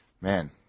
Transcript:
man